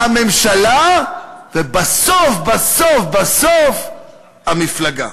הממשלה", ובסוף בסוף בסוף, "המפלגה".